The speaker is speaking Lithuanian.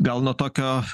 gal nuo tokio